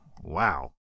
Wow